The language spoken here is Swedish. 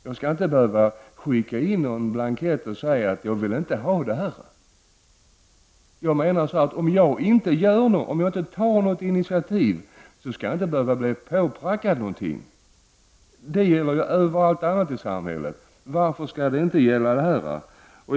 Jag skall inte behöva skicka in en blankett där jag säger att jag inte vill ha det. Om jag inte tar eget initiativ, skall jag inte behöva bli påprackad någonting. Detta gäller ju överallt i samhället, så varför skall det inte gälla här?